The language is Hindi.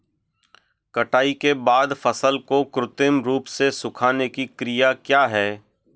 कटाई के बाद फसल को कृत्रिम रूप से सुखाने की क्रिया क्या है?